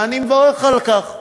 ואני מברך על כך,